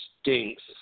stinks